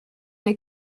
les